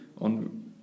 On